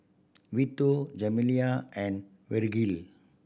Vito and